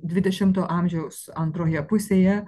dvidešimto amžiaus antroje pusėje